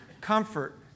comfort